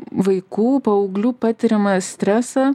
vaikų paauglių patiriamą stresą